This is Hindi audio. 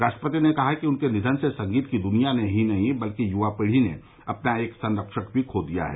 राष्ट्रपति ने कहा कि उनके निधन से संगीत की दुनिया ने ही नहीं बल्कि युवा पीढ़ी ने अपना एक संरक्षक भी खो दिया है